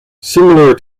similar